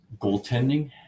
goaltending